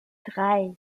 drei